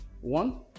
One